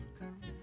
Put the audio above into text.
come